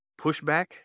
pushback